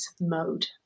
mode